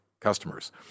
customers